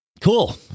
Cool